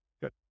Good